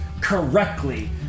correctly